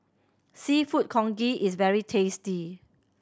Seafood Congee is very tasty